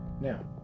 Now